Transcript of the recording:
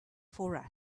for